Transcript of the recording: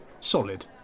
solid